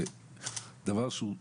אני